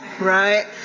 right